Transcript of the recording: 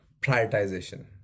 prioritization